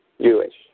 Jewish